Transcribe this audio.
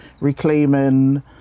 reclaiming